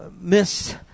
Miss